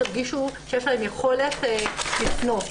הרגישו שיש להם יכולת לפנות.